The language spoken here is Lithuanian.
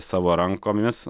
savo rankomis